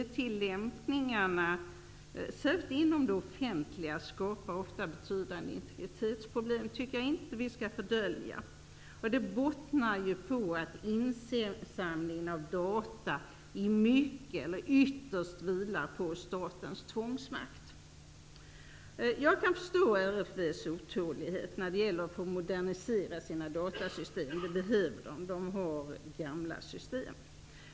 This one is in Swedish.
ADB-tillämpningarna, särskilt de inom det offentliga området, skapar ofta betydande integritetsproblem. Det tycker jag inte att vi skall dölja. Det bottnar i att insamlingen av data ytterst vilar på statens tvångsmakt. Jag kan förstå RSV:s otålighet när det gäller att få modernisera sina datasystem. Det behöver göras. RSV har gamla system.